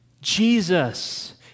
Jesus